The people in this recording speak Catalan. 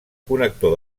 connector